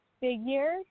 figure